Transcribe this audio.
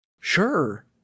Sure